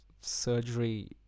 surgery